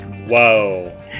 Whoa